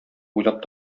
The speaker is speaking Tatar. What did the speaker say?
уйлап